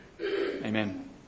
Amen